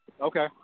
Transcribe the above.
Okay